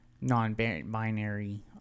non-binary